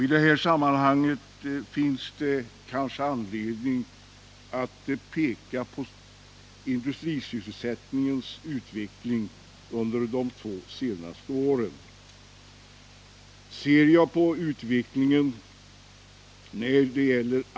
I det här sammanhanget finns det kanske anledning att peka på industrisysselsättningens utveckling under de två senaste åren.